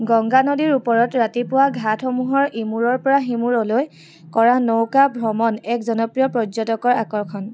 গংগা নদীৰ ওপৰত ৰাতিপুৱা ঘাটসমূহৰ ইমূৰৰ পৰা সিমূৰলৈ কৰা নৌকা ভ্ৰমণ এক জনপ্ৰিয় পৰ্য্যটকৰ আকৰ্ষণ